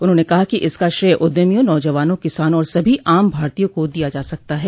उन्होंने कहा कि इसका श्रेय उद्यमियों नौजवानों किसानों और सभी आम भारतीयों को दिया जा सकता है